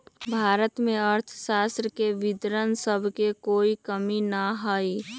भारत में अर्थशास्त्र के विद्वान सब के कोई कमी न हई